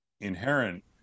inherent